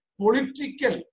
political